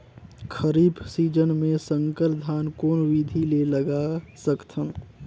खरीफ season मे संकर धान कोन विधि ले लगा सकथन?